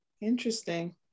Interesting